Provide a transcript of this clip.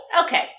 Okay